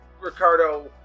Ricardo